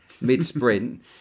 mid-sprint